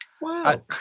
Wow